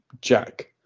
Jack